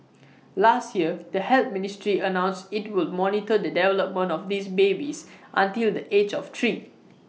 last year the health ministry announced IT would monitor the development of these babies until the age of three